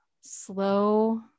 slow